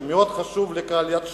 שמאוד חשוב לקהל היעד שלנו,